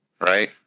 right